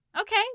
Okay